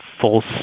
false